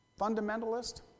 fundamentalist